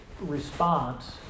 response